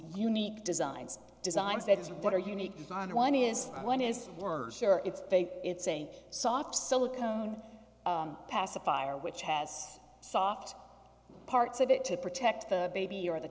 unique designs designs that is what are unique design one is one is worse sure it's fake it's a soft silicone pacifier which has soft parts of it to protect the baby your the